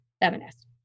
feminist